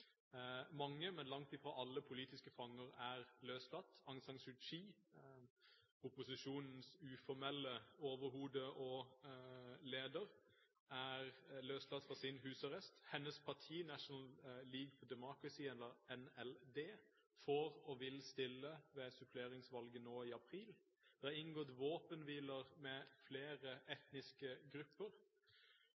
Mange, men langt fra alle, politiske fanger er løslatt, og Aung San Suu Kyi, opposisjonens uformelle overhode og leder, er løslatt fra sin husarrest. Hennes parti, National League for Democracy, NLD, får og vil stille ved suppleringsvalget nå i april. Det er inngått våpenhviler med flere